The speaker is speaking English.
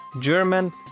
German